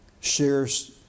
shares